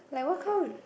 like what kind